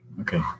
Okay